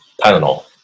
Tylenol